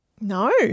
no